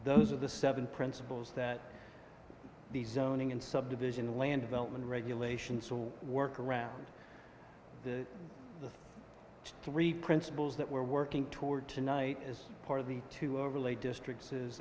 those of the seven principles that the zoning and subdivision land development regulations will work around three principles that we're working toward tonight as part of the two overlay districts is